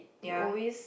you always